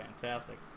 fantastic